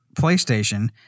PlayStation